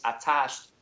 attached